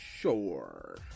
sure